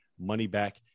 money-back